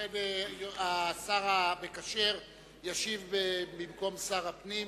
השר המקשר ישיב במקום שר הפנים.